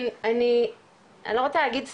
אני לא רוצה להגיד שמחה,